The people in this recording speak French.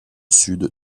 sud